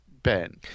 Ben